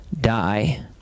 die